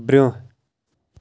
برٛونٛہہ